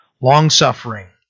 long-suffering